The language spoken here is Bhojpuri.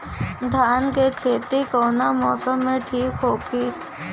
धान के खेती कौना मौसम में ठीक होकी?